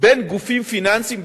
בין גופים פיננסיים,